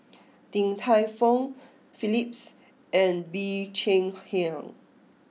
Din Tai Fung Phillips and Bee Cheng Hiang